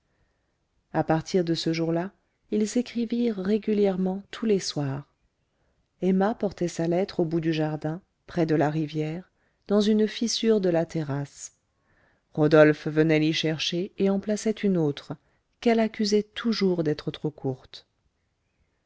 à partir de ce jour-là ils s'écrivirent régulièrement tous les soirs emma portait sa lettre au bout du jardin près de la rivière dans une fissure de la terrasse rodolphe venait l'y chercher et en plaçait une autre qu'elle accusait toujours d'être trop courte